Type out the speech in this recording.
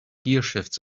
gearshifts